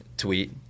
tweet